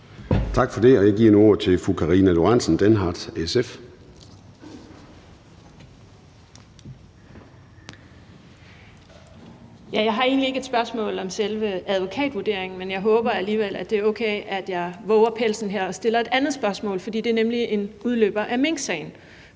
Lorentzen Dehnhardt, SF. Kl. 13:26 Karina Lorentzen Dehnhardt (SF): Jeg har egentlig ikke et spørgsmål om selve advokatvurderingen, men jeg håber alligevel, at det er okay, at jeg vover pelsen her og stiller et andet spørgsmål, for det er nemlig en udløber af minksagen.